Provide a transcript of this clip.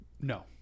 No